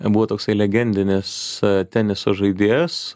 buvo toksai legendinis teniso žaidėjas